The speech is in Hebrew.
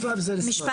בשלב זה לא.